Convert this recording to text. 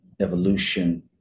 evolution